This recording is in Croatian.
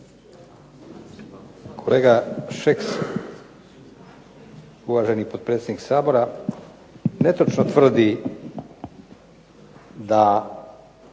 Kolega Šeks, uvaženi potpredsjednik Sabora, netočno tvrdi da